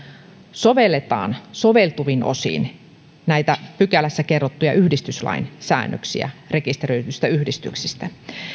sovelletaan soveltuvin osin näitä pykälässä kerrottuja yhdistyslain säännöksiä rekisteröidyistä yhdistyksistä